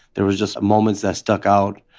there was just moments that stuck out,